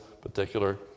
particular